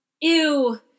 ew